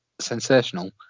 sensational